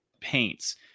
paints